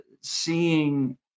seeing